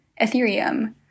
Ethereum